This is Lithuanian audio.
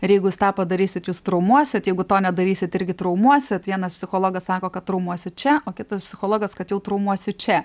ir jeigu jūs tą padarysit jūs traumuosit jeigu to nedarysit irgi traumuosit vienas psichologas sako kad traumuosit čia o kitas psichologas kad jau traumuosit čia